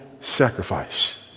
sacrifice